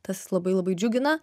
tas labai labai džiugina